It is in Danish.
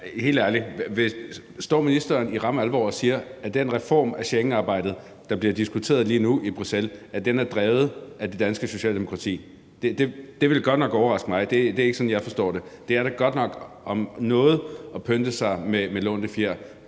Helt ærligt: Står ministeren i ramme alvor og siger, at den reform af Schengensamarbejdet, der bliver diskuteret lige nu i Bruxelles, er drevet af det danske Socialdemokrati? Det ville godt nok overraske mig. Det er ikke sådan, jeg forstår det. Det er da godt nok om noget at pynte sig med lånte fjer.